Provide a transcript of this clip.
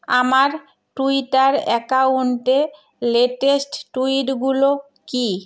আমার ট্যুইটার অ্যাকাউন্টে লেটেস্ট ট্যুইটগুলো কী